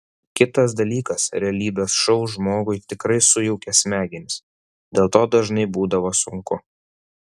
kitas dalykas realybės šou žmogui tikrai sujaukia smegenis dėl to dažnai būdavo sunku